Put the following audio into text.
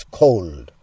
cold